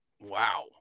Wow